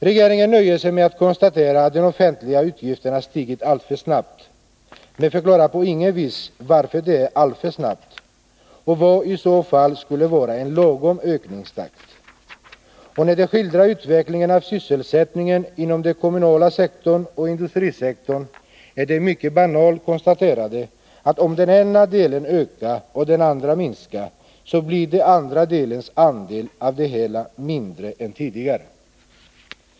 Regeringen nöjer sig med att konstatera att de ”offentliga utgifterna stigit alltför snabbt” men förklarar på intet vis varför det gått ”alltför snabbt” och vad som i så fall skulle vara en lagom ökningstakt. Och när den skildrar utvecklingen av sysselsättningen inom den kommunala sektorn och industrisektorn är det ett mycket banalt konstaterande att om den ena delen ökar och den andra minskar så blir den andra delens andel av det hela mindre än tidigare.